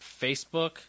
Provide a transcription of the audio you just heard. Facebook